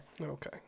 Okay